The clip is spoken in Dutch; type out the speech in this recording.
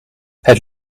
het